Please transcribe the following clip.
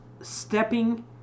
stepping